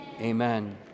Amen